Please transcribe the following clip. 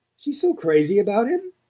she's so crazy about him?